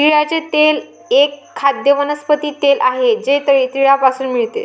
तिळाचे तेल एक खाद्य वनस्पती तेल आहे जे तिळापासून मिळते